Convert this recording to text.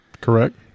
Correct